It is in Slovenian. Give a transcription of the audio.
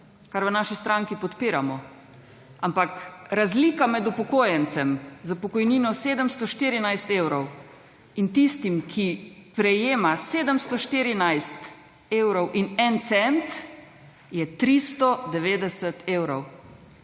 kar v naši stranki podpiramo. Ampak razlika med upokojencem s pokojnino 714 evrov in tistim, ki prejema 714 evrov in 1 cent je 390 evrov.